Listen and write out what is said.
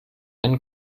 kein